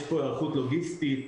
יש פה היערכות לוגיסטית,